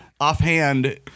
offhand